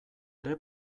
ere